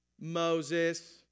Moses